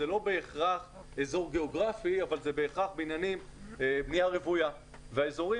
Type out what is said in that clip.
זה לא בהכרח אזור גיאוגרפי אבל זה בהכרח בנייה רוויה והאזורים